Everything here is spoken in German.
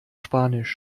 spanisch